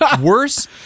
worse